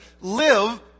live